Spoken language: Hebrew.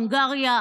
הונגריה,